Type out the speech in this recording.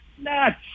nuts